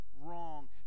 wrong